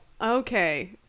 okay